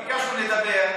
אנחנו ביקשנו לדבר,